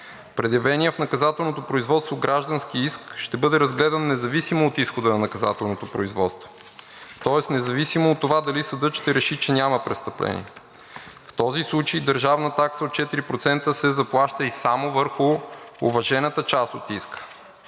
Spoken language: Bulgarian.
Предявеният в наказателното производство граждански иск ще бъде разгледан независимо от изхода на наказателното производство, тоест независимо от това дали съдът ще реши, че няма престъпление. В този случай държавна такса от 4% се заплаща и само върху уважената част от иска